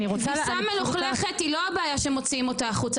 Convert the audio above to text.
כביסה מלוכלכת לא הבעיה כשמוציאים אותה החוצה,